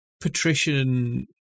patrician